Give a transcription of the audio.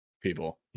people